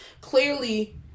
clearly